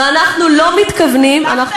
ואנחנו לא מתכוונים, הצלחתם?